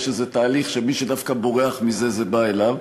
יש איזה תהליך שדווקא מי שבורח מזה, זה בא אליו.